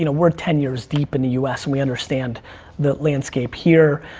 you know we're ten years deep in the us, and we understand the landscape. here,